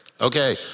Okay